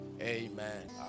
Amen